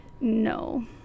No